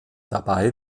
dabei